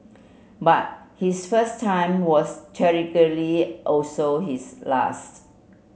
but his first time was tragically also his last